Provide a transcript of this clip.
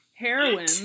Heroin